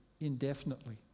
indefinitely